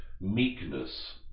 meekness